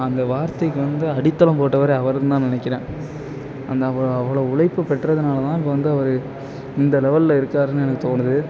அந்த வார்த்தைக்கு வந்து அடித்தளம் போட்டவரே அவருந்தான் நினக்கிறேன் அந்த அவ்வளோ அவ்வளோ உழைப்பு பெற்றதனால தான் இப்போ வந்து அவர் இந்த லெவல்ல இருக்கார்னு எனக்கு தோணுது